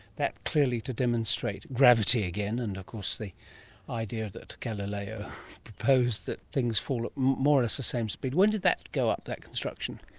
that clearly to demonstrate gravity again and of course the idea that galileo proposed that things fall at more or less the same speed. when did that go up, that construction?